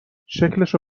شکلشو